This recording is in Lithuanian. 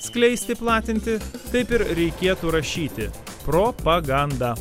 skleisti platinti taip ir reikėtų rašyti propaganda